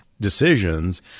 decisions